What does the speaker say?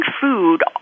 food